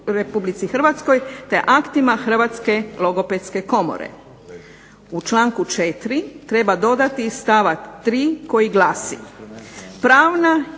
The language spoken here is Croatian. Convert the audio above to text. Hrvatske logopedske komore. U članku 4. treba dodati i stavak 3. koji glasi,